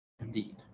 Indeed